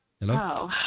Hello